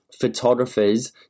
photographers